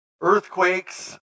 earthquakes